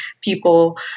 people